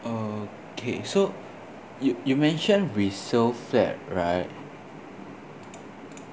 okay so you you mention resale flat right